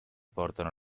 portano